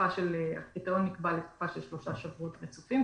הקריטריון נקבע לתקופה של שלושה שבועות רציפים,